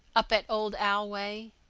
up at old allway.